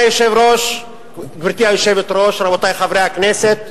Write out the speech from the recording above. גברתי היושבת-ראש, רבותי חברי הכנסת,